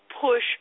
push